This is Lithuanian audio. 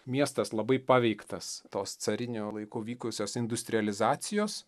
miestas labai paveiktas tos cariniu laikų vykusios industrializacijos